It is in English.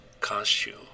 costume